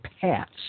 paths